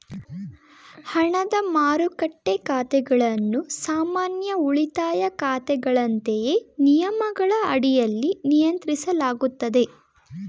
ಹಣದ ಮಾರುಕಟ್ಟೆ ಖಾತೆಗಳನ್ನು ಸಾಮಾನ್ಯ ಉಳಿತಾಯ ಖಾತೆಗಳಂತೆಯೇ ನಿಯಮಗಳ ಅಡಿಯಲ್ಲಿ ನಿಯಂತ್ರಿಸಲಾಗುತ್ತದೆ